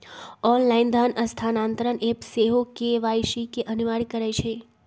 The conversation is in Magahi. ऑनलाइन धन स्थानान्तरण ऐप सेहो के.वाई.सी के अनिवार्ज करइ छै